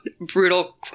brutal